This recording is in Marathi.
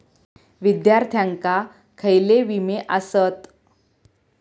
विद्यार्थ्यांका खयले विमे आसत?